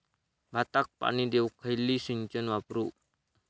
भाताक पाणी देऊक खयली सिंचन वापरू?